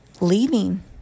leaving